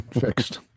fixed